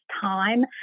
time